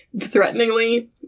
threateningly